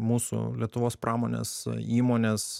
mūsų lietuvos pramonės įmonės